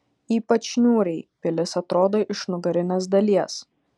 ypač niūriai pilis atrodo iš nugarinės dalies